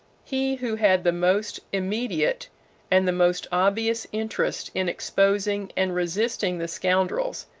he who had the most immediate and the most obvious interest in exposing and resisting the scoundrels,